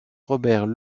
robert